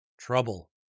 trouble